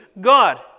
God